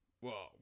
whoa